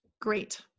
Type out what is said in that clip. Great